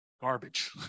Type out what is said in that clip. garbage